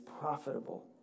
profitable